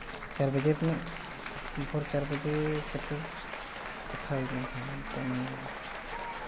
ᱪᱷᱚᱭ ᱵᱟᱡᱮ ᱧᱚᱜ ᱵᱷᱳᱨ ᱪᱟᱨ ᱵᱟᱡᱮ ᱥᱮᱴᱮᱨ ᱠᱟᱛᱷᱟ ᱞᱮᱱ ᱛᱟᱦᱮᱸᱫᱼᱟ ᱟᱫᱚ ᱚᱱᱟᱜᱮ